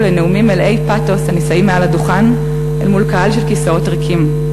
לנאומים מלאי פתוס הנישאים מעל הדוכן אל מול קהל של כיסאות ריקים.